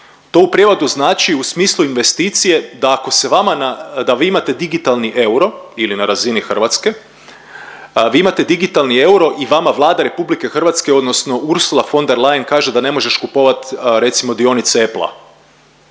To u prijevodu znači u smislu investicije da ako se vama na, da vi imate digitalni euro ili na razini Hrvatske, vi imate digitalni euro i vama Vlada RH odnosno Ursula von der Leyen kaže da ne možeš kupovati recimo …/Govornik